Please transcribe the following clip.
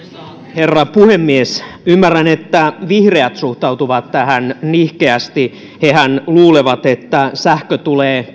herra puhemies ymmärrän että vihreät suhtautuvat tähän nihkeästi hehän luulevat että sähkö tulee